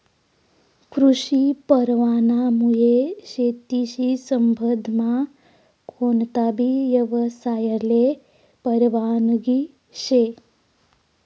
कृषी परवानामुये शेतीशी संबंधमा कोणताबी यवसायले परवानगी शे